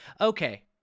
Okay